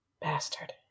Bastard